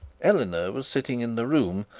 eleanor was sitting in the room,